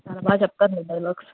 చాలా బాగా చెప్తారు మీరు డైలాగ్స్